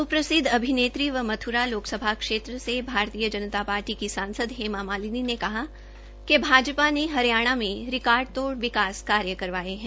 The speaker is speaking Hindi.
स्प्रसिद्व अभिनेत्री व मथ्रा लोकसभा क्षेत्र से भारतीय जनता पार्टी की सांसद हेमा मालिनी ने कहा है कि भाजपा ने हरियाणा मे रिर्कार्ड तोड़ विकास कार्य करवाये है